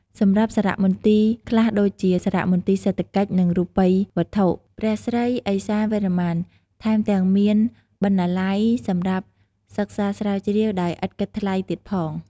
សម្រាប់សារមន្ទីរខ្លះដូចជា សារមន្ទីរសេដ្ឋកិច្ច និងរូបិយវត្ថុ ព្រះស្រីឦសានវរ្ម័ន ថែមទាំងមានបណ្ណាល័យសម្រាប់សិក្សាស្រាវជ្រាវដោយឥតគិតថ្លៃទៀតផង។